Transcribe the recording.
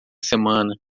semana